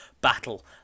battle